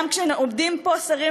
גם כשעומדים פה שרים,